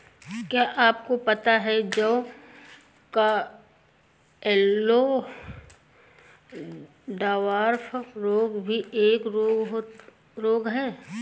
क्या आपको पता है जौ का येल्लो डवार्फ रोग भी एक रोग है?